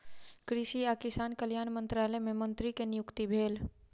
कृषि आ किसान कल्याण मंत्रालय मे मंत्री के नियुक्ति भेल